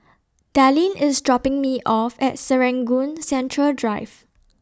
Dallin IS dropping Me off At Serangoon Central Drive